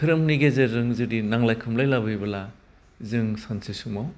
धोरोमनि गेजेरजों जुदि नांलाय खमलाय लाबोयोब्ला जों सानसे समाव